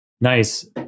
Nice